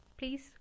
please